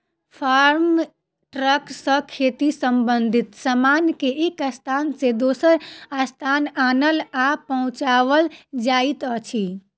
farm truck सॅ खेती संबंधित सामान के एक स्थान सॅ दोसर स्थान आनल आ पहुँचाओल जाइत अछि